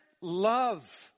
Love